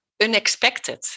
unexpected